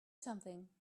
something